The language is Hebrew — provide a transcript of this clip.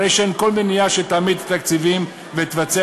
הרי שאין כל מניעה שתעמיד את התקציבים ותבצע